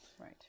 Right